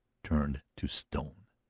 turned to stone.